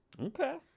okay